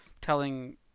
telling